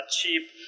cheap